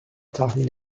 tahmin